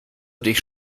dich